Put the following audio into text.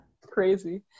Crazy